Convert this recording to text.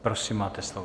Prosím, máte slovo.